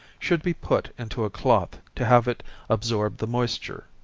should be put into a cloth to have it absorb the moisture.